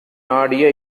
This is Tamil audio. நாடிய